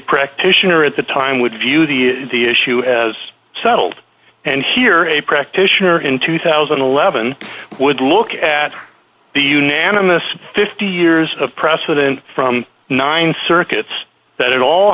practitioner at the time would view the issue as settled and here a practitioner in two thousand and eleven would look at the unanimous fifty years of precedent from nine circuits that a